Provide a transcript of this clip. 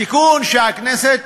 התיקון שהכנסת